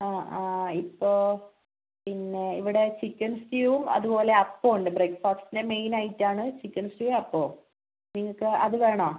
ആ ആ ഇപ്പോൾ പിന്നെ ഇവിടെ ചിക്കൻ സ്റ്റൂവും അതുപോലെ അപ്പമുണ്ട് ബ്രേക്ഫാസ്റ്റിനു മെയിൻ ഐറ്റമാണ് ചിക്കൻ സ്റ്റൂവും അപ്പവും നിങ്ങൾക്ക് അതുവേണോ